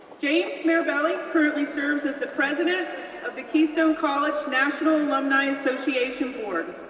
james mirabelli currently serves as the president of the keystone college national alumni association board,